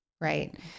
Right